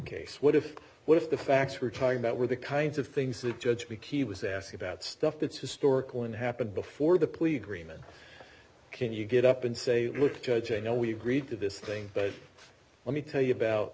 case what if what if the facts we're talking about were the kinds of things that judge because he was asked about stuff that's historical and happened before the plea agreement can you get up and say look judge i know we agreed to this thing but let me tell you about